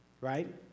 right